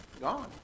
gone